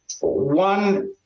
one